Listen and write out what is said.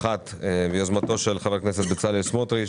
אחת ביוזמתו של חבר הכנסת בצלאל סמוטריץ',